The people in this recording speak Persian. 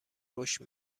رشد